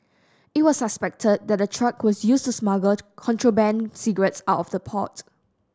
it was suspected that the truck was used to smuggle contraband cigarettes out of the port